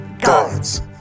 Guards